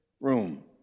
room